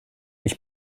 ich